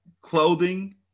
clothing